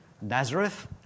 Nazareth